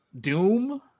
doom